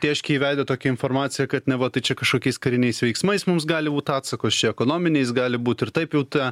tėškė į veidą tokią informaciją kad neva tai čia kažkokiais kariniais veiksmais mums gali būt atsakos čia ekonominiais gali būt ir taip jau ta